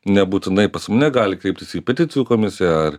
nebūtinai pas mane gali kreiptis į peticijų komisiją ar